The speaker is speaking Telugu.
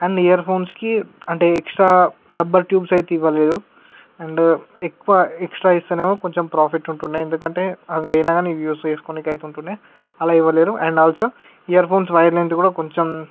అండ్ ఇయర్ ఫోన్స్ కి అంటే ఎక్స్ట్రా రబ్బర్ ట్యూబ్స్ అయితే ఇవ్వలేదు అండ్ ఎక్కువ ఎక్స్ట్రా ఇస్తానెమో కొంచెం ప్రాఫిట్ ఉంటుండే ఎందుకంటే అవైనా యూస్ చేస్కోనికి అయితుంటుండే అలా ఇవ్వలేదు and also earphones wire length కూడా కొంచెం